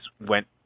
went